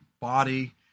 body